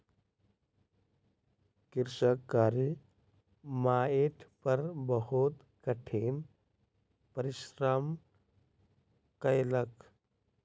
कृषक कारी माइट पर बहुत कठिन परिश्रम कयलक